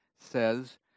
says